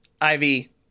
Ivy